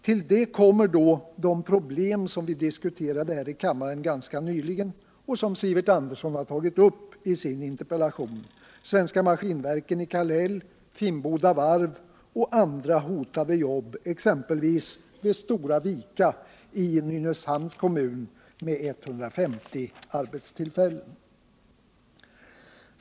Till det kommer de problem vi ganska nyligen diskuterade här i kammaren och som Sivert Andersson har tagit upp i sin interpellation: Svenska Maskinverken i Kallhäll, Finnboda Varv och andra hotade jobb, exempelvis vid Stora Vika i Nynäshamns kommun med 150 arbetstillfällen.